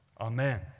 Amen